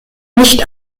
nicht